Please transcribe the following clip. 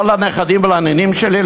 לא לנכדים ולנינים שלי?